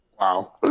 Wow